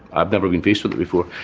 i've never been faced with it before.